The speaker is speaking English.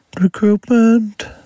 recruitment